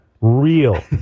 Real